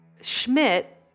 schmidt